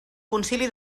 concili